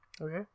Okay